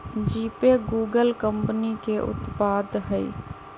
GPay Google कंपनी के उत्पाद हइ